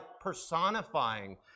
personifying